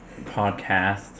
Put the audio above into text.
podcast